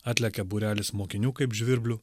atlekia būrelis mokinių kaip žvirblių